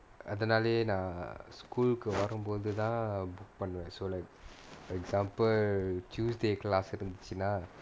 அதனாலேயே நா:athanalaye naa school கு வரும் போது தான்:ku varum pothu thaan book பண்ணுவேன்:pannuvaen so like for example tuesday class இருந்துச்சுனா:irunthuchunaa